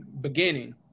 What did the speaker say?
beginning